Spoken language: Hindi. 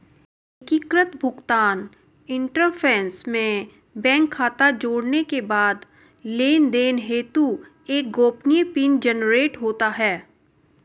एकीकृत भुगतान इंटरफ़ेस में बैंक खाता जोड़ने के बाद लेनदेन हेतु एक गोपनीय पिन जनरेट होता है